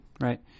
right